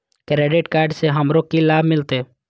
Credit card से हमरो की लाभ मिलते?